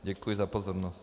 Děkuji za pozornost.